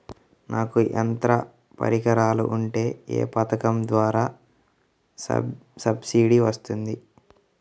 నాకు యంత్ర పరికరాలు ఉంటే ఏ పథకం ద్వారా సబ్సిడీ వస్తుంది?